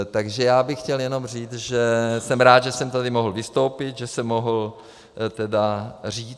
Takže já bych chtěl jenom říct, že jsem rád, že jsem tady mohl vystoupit, že jsem mohl tedy říct...